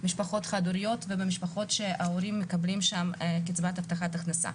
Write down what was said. משפחות חד-הוריות ובמשפחות שההורים מקבלים קצבת הבטחת הכנסה.